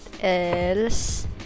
else